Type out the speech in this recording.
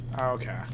Okay